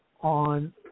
on